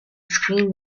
screen